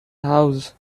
houses